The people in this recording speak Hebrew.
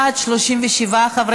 ההצעה להעביר